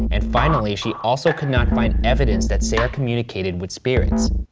and finally she also could not find evidence that sarah communicated with spirits.